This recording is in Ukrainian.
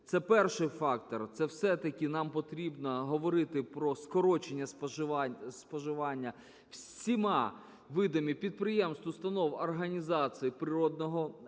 перший фактор – це все-таки нам потрібно говорити про скорочення споживання всіма видами підприємств, установ, організацій природного газу